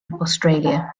australia